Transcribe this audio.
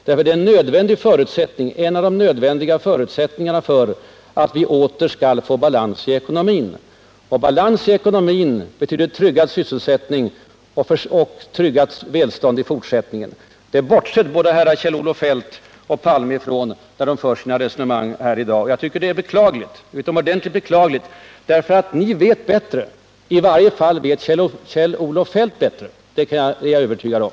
Det är en av de nödvändiga förutsättningarna för att vi åter skall få balans i ekonomin. Och balans i ekonomin betyder tryggad sysselsättning och tryggat välstånd i fortsättningen. Det bortser både herr Feldt och herr Palme ifrån, när de för sina resonemang här i dag. Jag tycker att det är utomordentligt beklagligt, därför att ni vet bättre. I varje fall vet Kjell-Olof Feldt bättre — det är jag övertygad om.